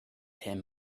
him